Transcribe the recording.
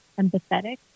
empathetic